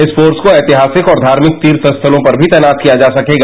इस फोर्स को ऐतिहासिक और धार्मिक तीर्थ स्थलों पर भी तैनात किया जा सकेगा